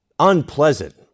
Unpleasant